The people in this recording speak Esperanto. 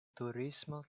turismo